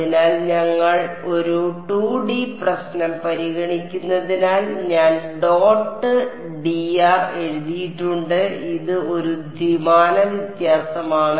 അതിനാൽ ഞങ്ങൾ ഒരു 2D പ്രശ്നം പരിഗണിക്കുന്നതിനാൽ ഞാൻ dot dr എഴുതിയിട്ടുണ്ട് ഇത് ഒരു ദ്വിമാന വ്യത്യാസമാണ്